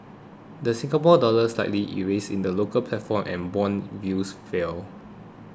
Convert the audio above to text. the Singapore Dollar slightly eased in the local platform and bond yields fell